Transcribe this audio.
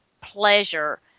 pleasure